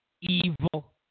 evil